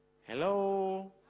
Hello